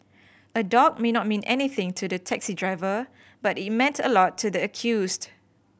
a dog may not mean anything to the taxi driver but it meant a lot to the accused